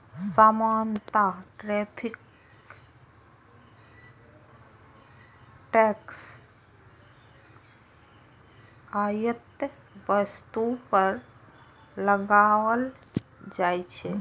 सामान्यतः tariff tax आयातित वस्तु पर लगाओल जाइ छै